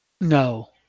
No